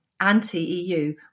anti-EU